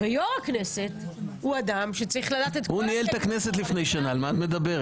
ויושב-ראש הכנסת הוא אדם שצריך לדעת את כל --- על מה את מדברת?